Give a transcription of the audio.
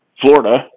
Florida